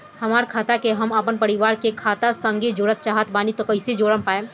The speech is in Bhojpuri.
हमार खाता के हम अपना परिवार के खाता संगे जोड़े चाहत बानी त कईसे जोड़ पाएम?